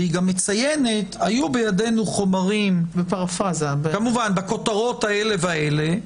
והיא גם מציינת: היו בידינו חומרים בכותרות אלה ואלה.